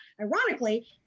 ironically